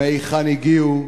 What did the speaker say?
מהיכן הגיעו?